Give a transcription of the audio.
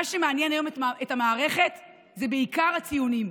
מה שמעניין היום את המערכת זה בעיקר הציונים,